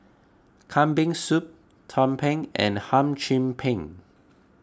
Kambing Soup Tumpeng and Hum Chim Peng